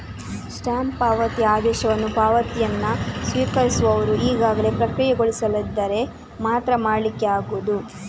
stop ಪಾವತಿ ಆದೇಶವನ್ನ ಪಾವತಿಯನ್ನ ಸ್ವೀಕರಿಸುವವರು ಈಗಾಗಲೇ ಪ್ರಕ್ರಿಯೆಗೊಳಿಸದಿದ್ದರೆ ಮಾತ್ರ ಮಾಡ್ಲಿಕ್ಕೆ ಆಗುದು